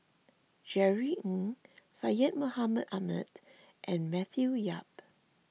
Jerry Ng Syed Mohamed Ahmed and Matthew Yap